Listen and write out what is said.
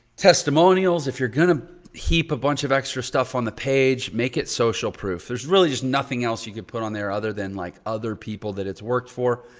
testimonials, if you're gonna heap a bunch of extra stuff on the page, make it social proof. there's really just nothing else you could put on there other than like other people that it's worked for.